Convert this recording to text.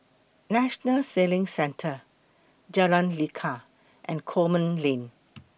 National Sailing Centre Jalan Lekar and Coleman Lane